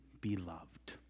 beloved